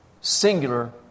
singular